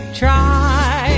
try